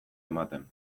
ematen